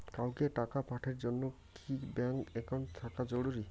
কাউকে টাকা পাঠের জন্যে কি ব্যাংক একাউন্ট থাকা জরুরি?